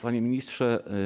Panie Ministrze!